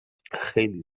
خیلی